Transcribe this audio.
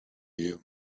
you